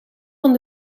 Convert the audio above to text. van